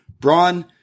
Braun